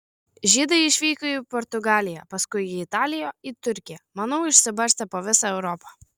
žydai išvyko į portugaliją paskui į italiją į turkiją manau išsibarstė po visą europą